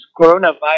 coronavirus